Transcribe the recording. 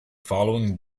following